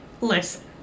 listen